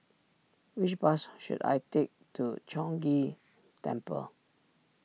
which bus should I take to Chong Ghee Temple